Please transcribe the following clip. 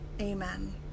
Amen